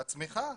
צמיחה.